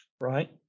Right